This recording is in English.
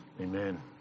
Amen